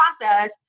process